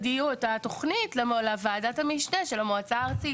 התוכנית לוועדת המשנה של המועצה הארצית.